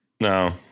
No